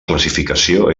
classificació